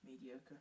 mediocre